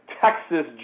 Texas